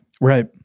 Right